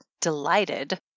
delighted